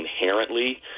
inherently